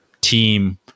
team